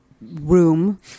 room